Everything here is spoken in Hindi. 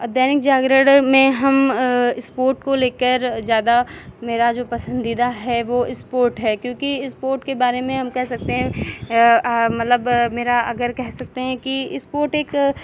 दैनिक जागरण में हम स्पोर्ट को ले कर ज़्यादा मेरा जो पसंदीदा है वो स्पोर्ट है क्योंकि स्पोर्ट के बारे में हम कह सकते हैं मतलब मेरा अगर कह सकते हैं कि स्पोर्ट एक